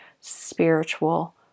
spiritual